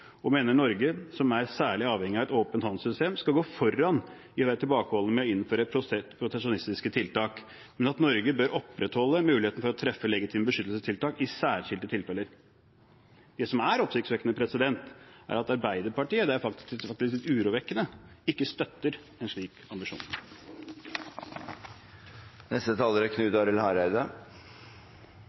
og mener Norge, som er særlig avhengig av et åpent handelssystem, skal gå foran i å være tilbakeholden med å innføre proteksjonistiske tiltak, men Norge bør opprettholde muligheten for å treffe legitime beskyttelsestiltak i særskilte tilfelle.» Det som er oppsiktsvekkende, og faktisk ganske urovekkende, er at Arbeiderpartiet ikke støtter en slik